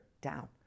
down